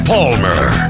Palmer